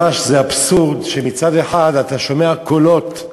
זה ממש אבסורד שמצד אחד אתה שומע קולות,